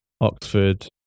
Oxford